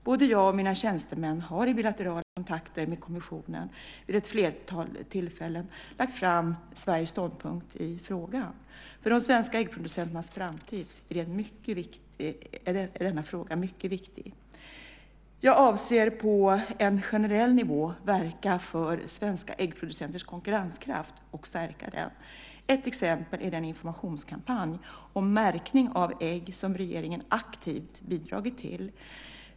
Både jag och mina tjänstemän har i bilaterala kontakter med kommissionen vid ett flertal tillfällen lagt fram Sveriges ståndpunkt i frågan. För de svenska äggproducenternas framtid är denna fråga mycket viktig. Jag avser att på en generell nivå verka för svenska äggproducenters konkurrenskraft och stärka den. Ett exempel är den informationskampanj om märkningen av ägg som regeringen aktivt bidragit till.